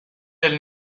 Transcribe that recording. del